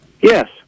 Yes